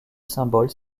symboles